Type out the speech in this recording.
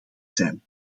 zijn